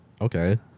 Okay